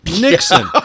Nixon